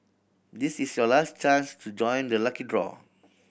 this is your last chance to join the lucky draw